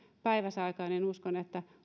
päiväsaikaan niin uskon että